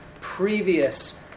previous